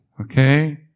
Okay